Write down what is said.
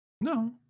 No